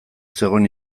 zegoen